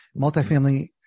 Multifamily